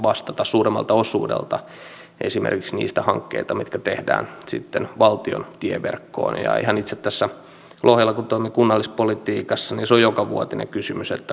täytyy kuitenkin nyt sanoa että lähdin vähän epäilevällä mielellä koko tähän keskusteluun että ei tästä mitään tule mutta täytyy sanoa että lopussa kiitos seisoo